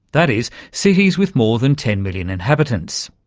that is, cities with more than ten million inhabitants.